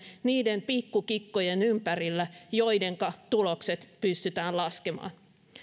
niiden pikku kikkojen ympärillä joidenka tulokset pystytään laskemaan